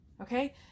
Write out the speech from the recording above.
Okay